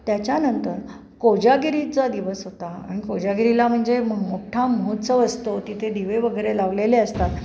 त्याच्यानंतर कोजागरीचा दिवस होता आणि कोजागरीला म्हणजे म मोठ्ठा महोत्सव असतो तिथे दिवे वगैरे लावलेले असतात